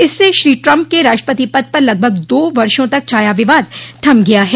इससे श्री ट्रम्प के राष्ट्रपति पद पर लगभग दो वर्षों तक छाया विवाद थम गया है